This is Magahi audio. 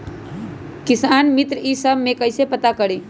किसान मित्र ई सब मे कईसे पता करी?